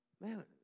man